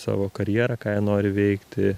savo karjerą ką nori veikti